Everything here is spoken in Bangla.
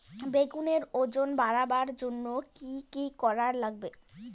বেগুনের ওজন বাড়াবার জইন্যে কি কি করা লাগবে?